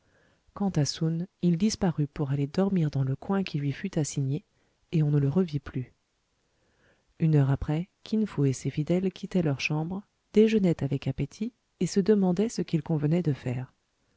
quant à soun il disparut pour aller dormir dans le coin qui lui fut assigné et on ne le revit plus une heure après kin fo et ses fidèles quittaient leurs chambres déjeunaient avec appétit et se demandaient ce qu'il convenait de faire